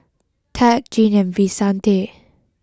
Tad Jean and Vicente